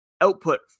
output